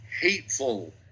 hateful